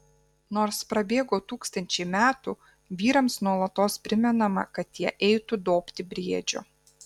nors prabėgo tūkstančiai metų vyrams nuolatos primenama kad jie eitų dobti briedžio